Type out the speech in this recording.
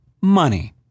money